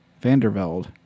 Vandervelde